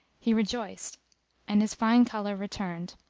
he rejoiced and his fine colour returned